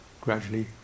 gradually